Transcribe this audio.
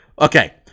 Okay